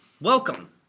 Welcome